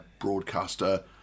broadcaster